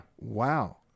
Wow